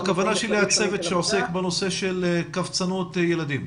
הכוונה שלי, הצוות שעוסק בנושא של קבצנות ילדים.